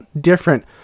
different